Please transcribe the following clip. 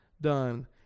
done